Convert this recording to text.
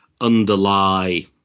underlie